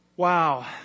Wow